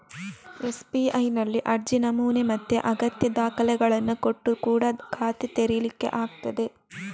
ಎಸ್.ಬಿ.ಐನಲ್ಲಿ ಅರ್ಜಿ ನಮೂನೆ ಮತ್ತೆ ಅಗತ್ಯ ದಾಖಲೆಗಳನ್ನ ಕೊಟ್ಟು ಕೂಡಾ ಖಾತೆ ತೆರೀಲಿಕ್ಕೆ ಆಗ್ತದೆ